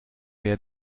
wer